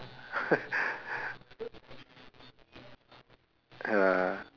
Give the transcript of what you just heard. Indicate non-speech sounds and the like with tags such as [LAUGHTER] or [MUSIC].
[LAUGHS] ah